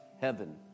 heaven